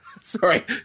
Sorry